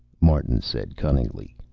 martin said cunningly.